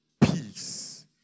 peace